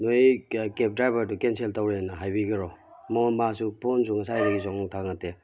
ꯅꯣꯏ ꯀꯦꯕ ꯗ꯭ꯔꯥꯏꯚꯔꯗꯣ ꯀꯦꯟꯁꯦꯜ ꯇꯨꯔꯦꯅ ꯍꯥꯏꯕꯤꯈ꯭ꯔꯣ ꯃꯣꯏ ꯃꯥꯁꯨ ꯐꯣꯟꯁꯨ ꯉꯁꯥꯏꯗꯒꯤꯁꯨ ꯑꯃꯨꯛ ꯊꯪꯒꯠꯗꯦ